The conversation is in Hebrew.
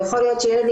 יכול להיות שיהיה לי